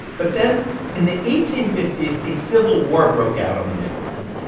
but then in the eighteen fifty s, a civil war broke out on the mainland,